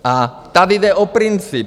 A tady jde o princip.